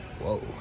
whoa